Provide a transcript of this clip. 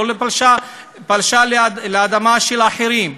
לא פלשה לאדמה של אחרים,